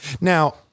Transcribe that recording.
Now